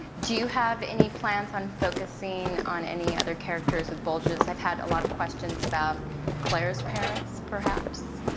do you have any plans on focusing on any other characters with bulges? i've had a lot of questions about claire's parents perhaps,